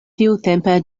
tiutempe